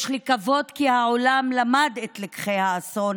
יש לקוות כי העולם למד את לקחי האסון